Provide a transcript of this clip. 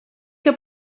que